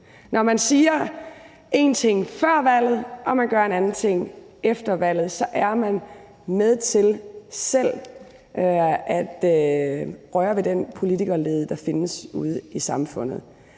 Når man siger én ting før valget og man gør en anden ting efter valget, er man med til selv at forværre den politikerlede, der findes ude i samfundet.